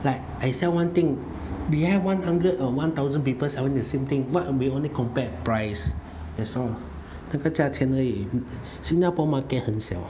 like I sell one thing they have one hundred or one thousand people selling the same thing [what] we only compare price that's why 那个价钱而已新加坡 market 很小